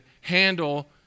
handle